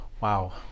Wow